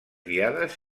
guiades